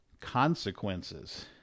Consequences